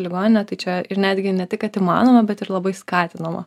ligoninę tai čia ir netgi ne tik kad įmanoma bet ir labai skatinama